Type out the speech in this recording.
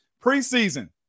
Preseason